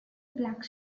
black